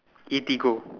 Eatigo